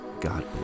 God